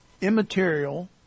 immaterial